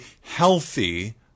healthy